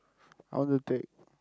I want to take